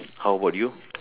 how about you